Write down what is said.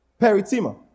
Peritima